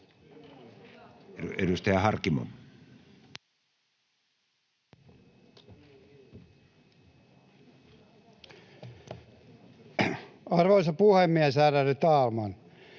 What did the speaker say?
Edustaja Harkimo. Arvoisa puhemies! Ärade talman!